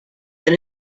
and